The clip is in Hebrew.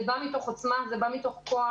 זה בא מתוך עוצמה, זה בא מתוך כוח.